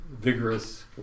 vigorous